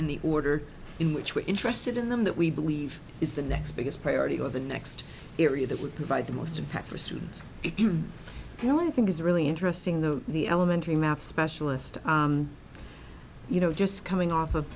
in the order in which we're interested in them that we believe is the next biggest priority of the next area that would provide the most impact for students you know i think is really interesting though the elementary math specialist you know just coming off of